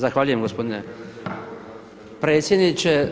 Zahvaljujem gospodine predsjedniče.